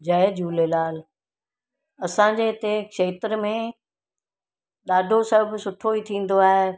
जय झूलेलाल असांजे हिते खेत्र में ॾाढो सभु सुठो ई थींदो आहे